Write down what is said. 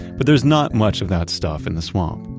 but there's not much of that stuff in the swamp.